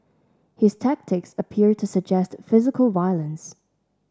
his tactics appear to suggest physical violence